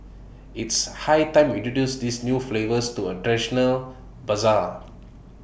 it's high time introduce these new flavours to A traditional Bazaar